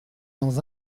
dans